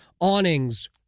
awnings